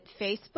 Facebook